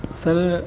sir